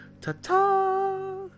Ta-ta